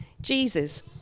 Jesus